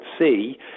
see